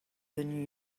than